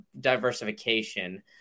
diversification